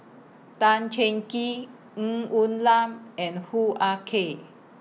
Tan Cheng Kee Ng Woon Lam and Hoo Ah Kay